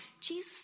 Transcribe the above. Jesus